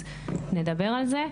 אז נדבר על זה.